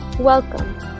Welcome